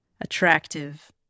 attractive